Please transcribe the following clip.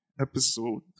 episode